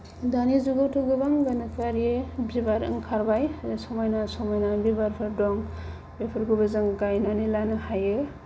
दानि जुगावथ' गोबां गोनोखोआरि बिबार ओंखारबाय समायना समायना बिबारफोर दं बेफोरखौबो जों गायनानै लानो हायो